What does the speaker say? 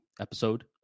episode